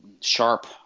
sharp